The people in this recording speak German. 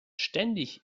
ständig